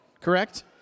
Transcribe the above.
correct